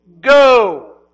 go